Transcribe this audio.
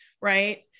Right